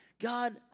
God